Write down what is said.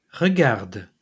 Regarde